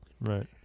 Right